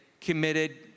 committed